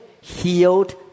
healed